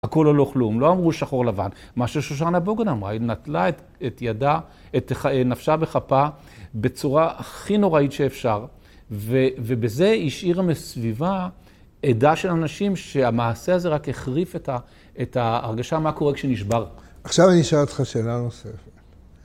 הכל או לא כלום, לא אמרו שחור לבן. מה ששושנה בוגן אמרה, היא נטלה את ידה, את נפשה וחפה בצורה הכי נוראית שאפשר. ובזה היא השאירה מסביבה עדה של אנשים שהמעשה הזה רק החריף את הרגשה מה קורה כשנשבר. עכשיו אני אשאל אותך שאלה נוספת.